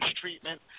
treatment